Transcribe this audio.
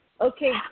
Okay